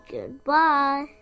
Goodbye